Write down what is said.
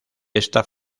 esta